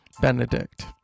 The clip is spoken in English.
Benedict